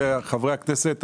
חברי הכנסת,